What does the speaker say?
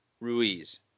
Ruiz